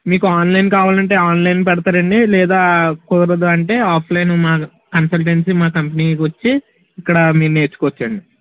మీకు ఆన్లైన్ కావాలంటే ఆన్లైన్ పెడతారండి లేదా కుదరదు అంటే ఆఫ్లైన్ కన్సల్టెన్సీ మా కంపెనీకి వచ్చి ఇక్కడ మీరు నేర్చుకోవచ్చండి